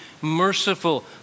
merciful